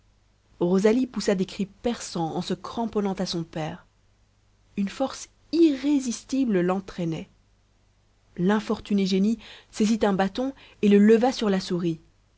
rosalie poussa des cris perçants en se cramponnant à son père une force irrésistible l'entraînait l'infortuné génie saisit un bâton et le leva sur la souris